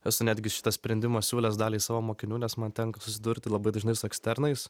esu netgi šitą sprendimą siūlęs daliai savo mokinių nes man tenka susidurti labai dažnai su eksternais